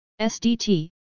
SDT